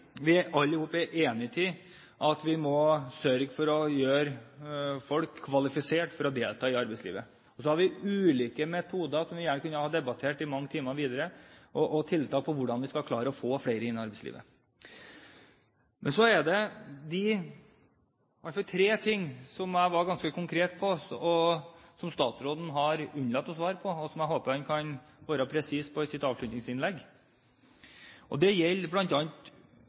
at vi alle er enig i at vi må sørge for å gjøre folk kvalifisert for å delta i arbeidslivet. Og vi har ulike metoder – som vi gjerne kunne ha debattert i mange timer videre – og tiltak for hvordan vi skal klare å få flere inn i arbeidslivet. Så er det et par ting som jeg var ganske konkret på, som statsråden har unnlatt å svare på, og som jeg håper han kan være presis på i sitt avslutningsinnlegg. Det gjelder